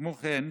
כמו כן,